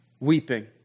Weeping